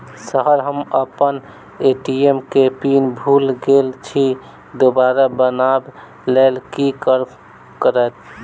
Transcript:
Sir हम अप्पन ATM केँ पिन भूल गेल छी दोबारा बनाब लैल की करऽ परतै?